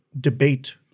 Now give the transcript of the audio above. debate